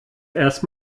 erst